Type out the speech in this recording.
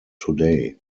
today